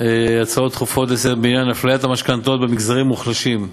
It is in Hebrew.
הצעות דחופות לסדר-היום בעניין אפליית המשכנתאות במגזרים מוחלשים,